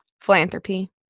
philanthropy